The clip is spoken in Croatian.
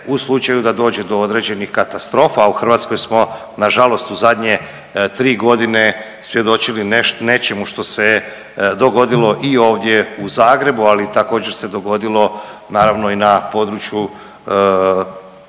u slučaju da dođe do određenih katastrofa, a u Hrvatskoj smo nažalost u zadnje 3.g. svjedočili nečemu što se je dogodilo i ovdje u Zagrebu, ali također se dogodilo naravno i na području Sisačke